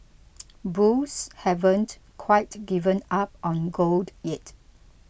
bulls haven't quite given up on gold yet